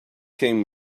came